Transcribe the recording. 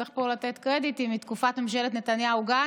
צריך לתת פה קרדיט, היא מתקופת ממשלת נתניהו-גנץ.